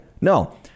No